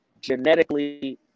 genetically